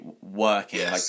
working